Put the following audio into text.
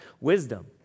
wisdom